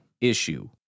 issue